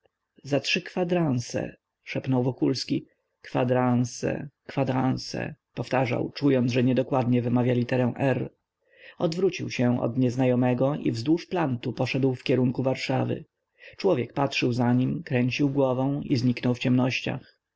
za trzy kwadranse szepnął wokulski kwadranse kwadranse powtarzał czując że niedokładnie wymawia literę r odwrócił się od nieznajomego i wzdłuż plantu poszedł w kierunku warszawy człowiek patrzył za nim kręcił głową i zniknął w ciemnościach